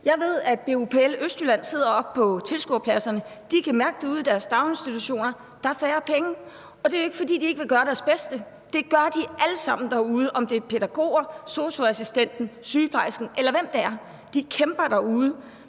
Jeg ved, at BUPL Østjylland sidder oppe på tilskuerpladserne. De kan mærke ude i deres daginstitutioner, at der er færre penge. Det er jo ikke, fordi de ikke vil gøre deres bedste. Det gør de alle sammen derude, om det er pædagoger, sosu-assistenter, sygeplejersker, eller hvem det er. De kæmper derude,